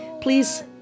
Please